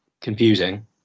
confusing